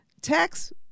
tax